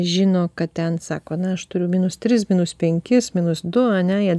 žino kad ten sako na aš turiu minus tris minus penkis minus du ane jie